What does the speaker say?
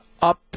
up